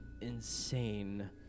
insane